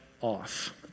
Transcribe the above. off